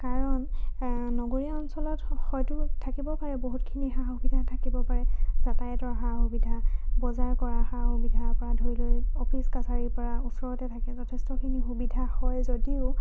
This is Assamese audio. কাৰণ নগৰীয়া অঞ্চলত হয় হয়তো থাকিব পাৰে বহুতখিনি সা সুবিধা থাকিব পাৰে যাতায়তৰ সা সুবিধা বজাৰ কৰাৰ সা সুবিধাৰ পৰা ধৰি লৈ অফিচ কাছাৰীৰ পৰা ওচৰতে থাকে যথেষ্টখিনি সুবিধা হয় যদিও